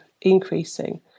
increasing